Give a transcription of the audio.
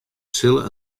sille